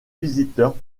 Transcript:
visiteurs